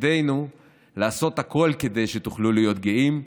ותפקידנו לעשות הכול כדי שתוכלו להיות גאים,